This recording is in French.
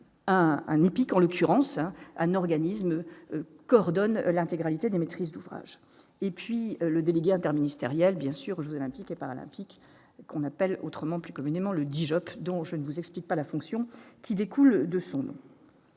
un Epic, en l'occurrence un organisme coordonne l'intégralité des maîtrises d'ouvrage et puis le délégué interministériel, bien sûr, je vous olympiques et paralympiques qu'on appelle autrement plus communément le job, dont je ne vous explique pas la fonction qui découlent de son nom.